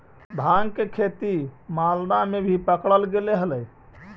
भाँग के खेती मालदा में भी पकडल गेले हलई